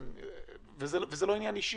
וזה לא עניין אישי,